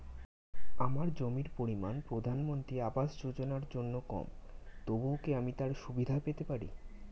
আমার জমির পরিমাণ প্রধানমন্ত্রী আবাস যোজনার জন্য কম তবুও কি আমি তার সুবিধা পেতে পারি?